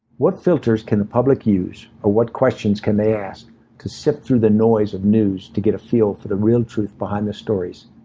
what filters can public use or what questions can they ask to sift through the noise of news to get a feel for the real truth behind the stories?